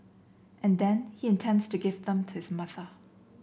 and then he intends to give them to his mother